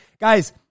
Guys